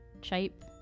shape